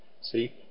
See